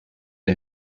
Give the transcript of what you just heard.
der